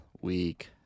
week